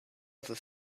other